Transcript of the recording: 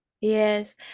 Yes